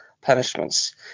punishments